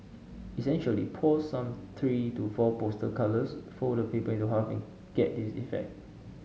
essentially pour some three to four poster colours fold the paper into half and get this effect